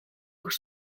aux